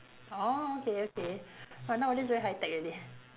orh okay okay !wah! nowadays very high tech already